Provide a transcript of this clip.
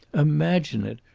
imagine it!